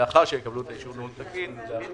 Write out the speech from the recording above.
אם העמותה לא המציאה לך ניהול תקין אחרי